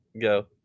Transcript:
Go